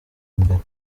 mbere